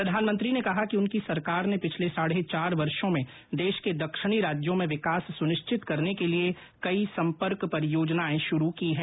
प्रधानमंत्री मोदी ने कहा है कि उनकी सरकार ने पिछले साढ़े चार वर्षो में देश के दक्षिणी राज्यों में विकास सुनिश्चित करने के लिए कई सम्पर्क परियोजनाएं शुरू की है